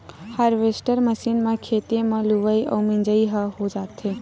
harvester machine म खेते म लुवई अउ मिजई ह हो जाथे